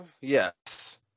yes